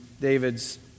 David's